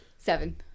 Seven